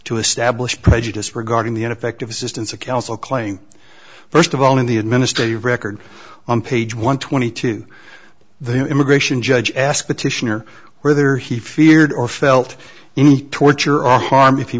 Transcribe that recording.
to establish prejudice regarding the ineffective assistance of counsel claim first of all in the administrative record on page one twenty two the immigration judge asked the titian or whether he feared or felt any torture or harm if